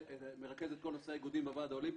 מרכז את כל נושא האיגודים בוועד האולימפי,